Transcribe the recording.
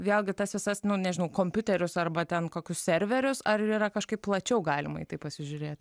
vėlgi tas visas nu nežinau kompiuterius arba ten kokius serverius ar yra kažkaip plačiau galima į tai pasižiūrėt